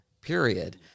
Period